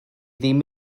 ddim